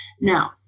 Now